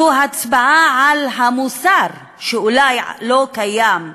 זו הצבעה על המוסר, שאולי לא קיים.